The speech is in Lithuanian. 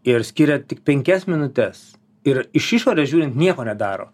ir skiria tik penkias minutes ir iš išorės žiūrint nieko nedaro